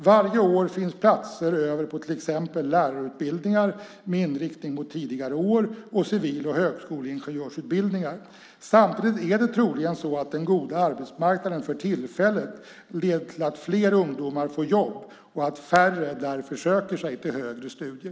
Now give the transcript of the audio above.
Varje år finns platser över på till exempel lärarutbildningar med inriktning mot tidigare år och civil och högskoleingenjörsutbildningar. Samtidigt är det troligen så att den goda arbetsmarknaden för tillfället leder till att fler ungdomar får jobb och att färre därför söker sig till högre studier.